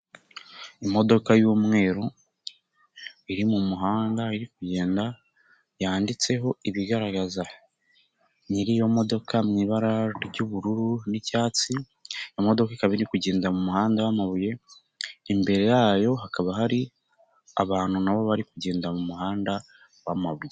Imodoka yumweru iri mumuhanda iri kugenda yanditseho ibigaragaza nyiri iyo modoka mu ibara ry'ubururu n'icyatsi. Imodoka ikaba iri kugenda mu muhanda wamabuye imbere yayo hakaba hari abantu nabo bari kugenda mu muhanda wamabuye.